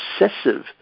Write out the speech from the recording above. obsessive